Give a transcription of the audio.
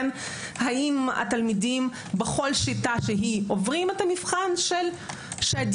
האם התלמידים בכל שיטה שהיא עוברים את המבחן שעדיף